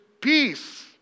peace